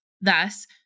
Thus